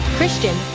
Christian